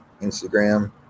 instagram